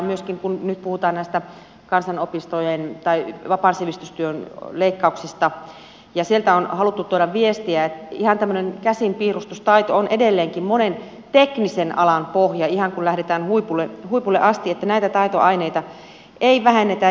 myöskin kun nyt puhutaan näistä vapaan sivistystyön leikkauksista niin sieltä on haluttu tuoda viestiä että ihan tämmöinen käsinpiirustustaito on edelleenkin monen teknisen alan pohja ihan kun lähdetään huipulle asti että näitä taitoaineita ei vähennetä